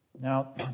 Now